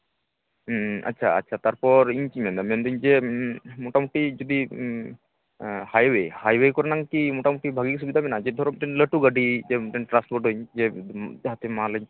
ᱦᱩᱸ ᱟᱪᱪᱷᱟ ᱟᱪᱪᱷᱟ ᱛᱟᱨᱯᱚᱨ ᱤᱧ ᱪᱮᱫ ᱤᱧ ᱢᱮᱱᱫᱟ ᱢᱮᱱᱫᱟᱹᱧ ᱡᱮ ᱢᱚᱴᱟᱢᱩᱴᱤ ᱡᱩᱫᱤ ᱦᱟᱭᱚᱭᱮ ᱦᱟᱭᱚᱭᱮ ᱠᱚᱨᱮᱱᱟᱝ ᱠᱤ ᱢᱚᱴᱟᱢᱩᱴᱤ ᱵᱷᱟᱜᱮ ᱥᱩᱵᱤᱫᱟ ᱢᱮᱱᱟᱜᱼᱟ ᱡᱮ ᱫᱷᱚᱨᱚ ᱢᱤᱫᱴᱮᱱ ᱞᱟᱹᱴᱩ ᱜᱟᱹᱰᱤ ᱡᱮ ᱴᱨᱟᱱᱥᱯᱳᱨᱴᱟᱹᱧ ᱡᱮ ᱡᱟᱦᱟᱸᱛᱮ ᱢᱟᱞᱤᱧ